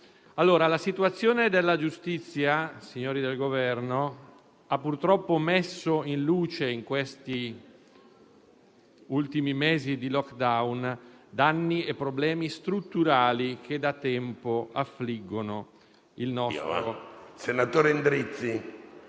signori del Governo, ha purtroppo messo in luce, in questi ultimi mesi di *lockdown*, danni e problemi strutturali che da tempo affliggono il nostro